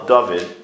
David